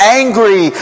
angry